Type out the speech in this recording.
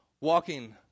walking